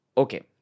Okay